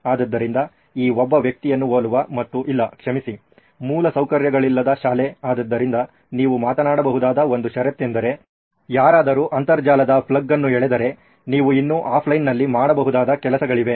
ಆದ್ದರಿಂದ ಈ ಒಬ್ಬ ವ್ಯಕ್ತಿಯನ್ನು ಹೋಲುವ ಮತ್ತು ಇಲ್ಲ ಕ್ಷಮಿಸಿ ಮೂಲಸೌಕರ್ಯಗಳಿಲ್ಲದ ಶಾಲೆ ಆದ್ದರಿಂದ ನೀವು ಮಾತನಾಡಬಹುದಾದ ಒಂದು ಷರತ್ತೆಂದರೆ ಯಾರಾದರೂ ಅಂತರ್ಜಾಲದ ಪ್ಲಗ್ ಅನ್ನು ಎಳೆದರೆ ನೀವು ಇನ್ನೂ ಆಫ್ಲೈನ್ನಲ್ಲಿ ಮಾಡಬಹುದಾದ ಕೆಲಸಗಳಿವೆ